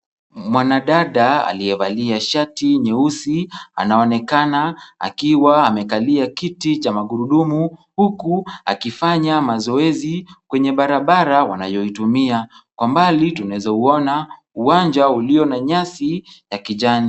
Mwanadada aliyevalia shati nyeusi, anaonekana akiwa amekalia kiti cha magurudumu, huku akifanya mazoezi kwenye barabara wanayoitumia. Kwa mbali tunaeza uona uwanja ulio na nyasi ya kijani.